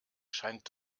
scheint